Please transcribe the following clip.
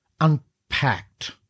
unpacked